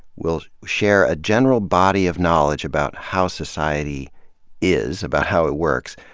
will share a general body of knowledge about how society is, about how it works,